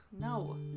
No